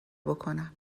بکنم